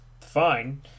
fine